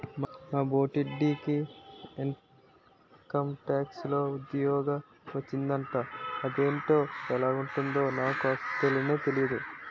మా బొట్టిడికి ఇంకంటాక్స్ లో ఉజ్జోగ మొచ్చిందట అదేటో ఎలగుంటదో నాకు తెల్నే తెల్దు